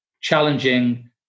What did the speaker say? challenging